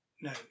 No